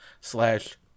slash